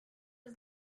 was